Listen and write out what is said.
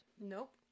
Nope